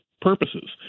purposes